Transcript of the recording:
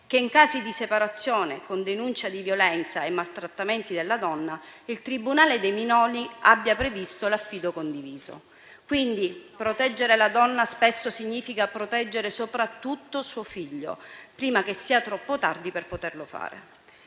che in casi di separazione, con denuncia di violenza e maltrattamenti della donna, il tribunale dei minori abbia previsto l'affido condiviso. Proteggere la donna spesso significa proteggere soprattutto suo figlio, prima che sia troppo tardi per poterlo fare.